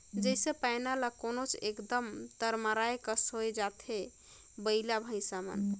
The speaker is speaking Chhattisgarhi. जइसे पैना ल कोचथे एकदम तरमराए कस होए जाथे बइला भइसा मन